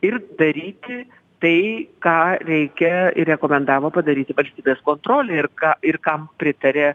ir daryti tai ką reikia ir rekomendavo padaryti valstybės kontrolė ir ką ir kam pritaria